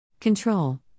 control